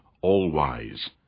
all-wise